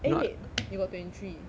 eh wait you got twenty three